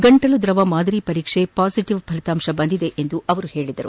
ಗಂಟಲು ದ್ರವ ಮಾದರಿ ಪರೀಕ್ಷೆಯ ಪಾಸಿಟವ್ ಫಲಿತಾಂಶ ಬಂದಿದೆ ಎಂದು ಅವರು ಹೇಳಿದ್ದಾರೆ